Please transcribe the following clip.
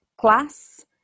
class